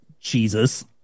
Jesus